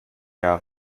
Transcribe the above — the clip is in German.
der